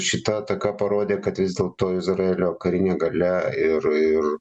šita ataka parodė kad vis dėlto izraelio karinė galia ir ir